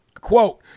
Quote